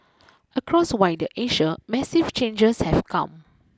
across wider Asia massive changes have come